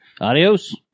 Adios